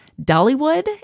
Dollywood